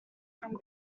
from